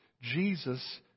Jesus